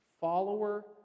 follower